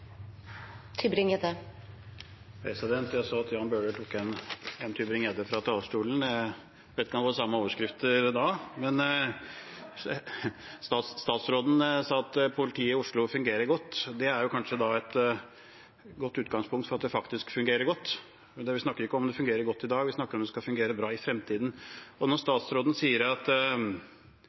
Jeg så at Jan Bøhler tok en Tybring-Gjedde fra talerstolen, men jeg vet ikke om han får de samme overskriftene da. Statsråden sa at politiet i Oslo fungerer godt. Det er kanskje et godt utgangspunkt for at det faktisk fungerer godt, men vi snakker ikke om at det fungerer godt i dag, vi snakker om at det skal fungere bra i fremtiden. Statsråden sier